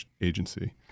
agency